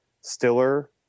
Stiller